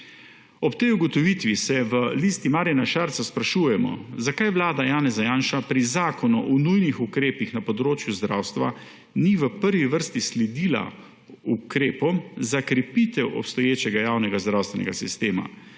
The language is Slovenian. Ob tej ugotovitvi se v LMŠ sprašujemo, zakaj vlada Janeza Janša pri zakonu o nujnih ukrepih na področju zdravstva ni v prvi vrsti sledila ukrepom za krepitev obstoječega javnega zdravstvenega sistema